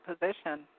position